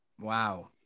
Wow